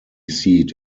seat